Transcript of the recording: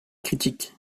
critique